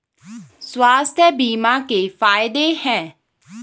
स्वास्थ्य बीमा के फायदे हैं?